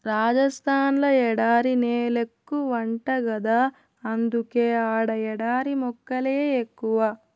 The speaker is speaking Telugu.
రాజస్థాన్ ల ఎడారి నేలెక్కువంట గదా అందుకే ఆడ ఎడారి మొక్కలే ఎక్కువ